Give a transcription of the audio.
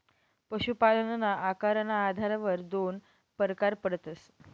पशुपालनना आकारना आधारवर दोन परकार पडतस